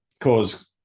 cause